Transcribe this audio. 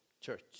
church